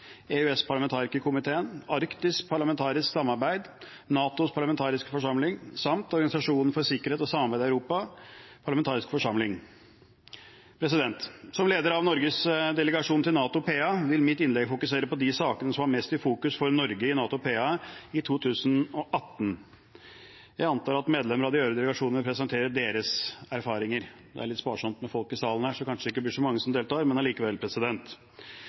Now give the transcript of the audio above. PACE Arktisk parlamentarisk samarbeid NATOs parlamentariske forsamling Organisasjonen for sikkerhet og samarbeid i Europas parlamentariske forsamling Som leder av Norges delegasjon til NATO PA vil mitt innlegg fokusere på de sakene som sto mest i fokus for Norge i NATO PA i 2018. Jeg antar at medlemmer av de øvrige delegasjoner vil presentere sine erfaringer. Men det er litt sparsomt med folk i salen her, så det blir kanskje ikke så mange som deltar.